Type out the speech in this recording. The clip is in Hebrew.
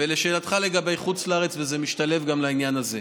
ולשאלתך לגבי חוץ לארץ, וזה משתלב גם בעניין הזה: